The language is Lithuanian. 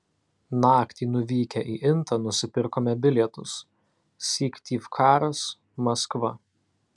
naktį nuvykę į intą nusipirkome bilietus syktyvkaras maskva